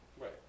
Right